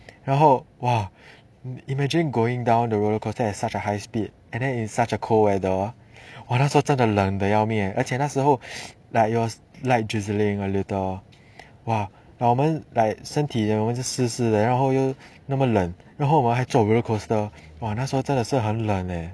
然后 !wah! imagine going down the roller coaster at such a high speed and then in such a cold weather !wah! 那时候真的冷得要命而且那时候 like it was light drizzling a little !wah! like 我们 like 身体的人湿湿的然后又那么冷然后我们还坐 roller coaster !wah! 那时候真的是很冷 leh